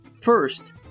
first